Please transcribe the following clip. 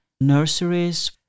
nurseries